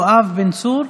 חבר הכנסת יואב בן צור,